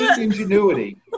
ingenuity